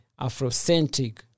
Afrocentric